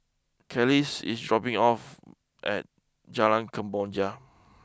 Kelis is dropping off at Jalan Kemboja